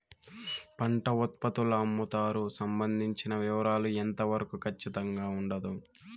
పంట ఉత్పత్తుల అమ్ముతారు సంబంధించిన వివరాలు ఎంత వరకు ఖచ్చితంగా ఉండదు?